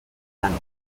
planet